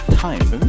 time